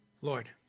Lord